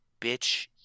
bitch